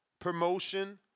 promotion